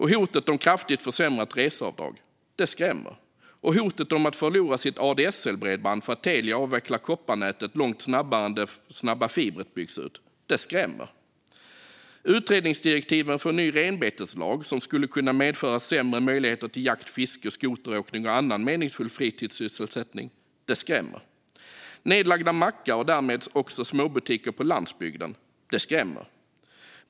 Hotet om ett kraftigt försämrat reseavdrag skrämmer. Hotet om att förlora sitt ADSL-bredband för att Telia avvecklar kopparnätet långt snabbare än snabb fiber byggs ut skrämmer. Utredningsdirektiven till en ny renbeteslag som skulle kunna medföra sämre möjligheter till jakt, fiske, skoteråkning och annan meningsfull fritidssysselsättning skrämmer. Nedlagda mackar och därmed också småbutiker på landsbygden skrämmer.